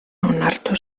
onartu